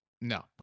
No